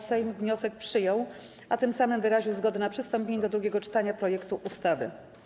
Sejm wniosek przyjął, a tym samym wyraził zgodę na przystąpienie do drugiego czytania projektu ustawy.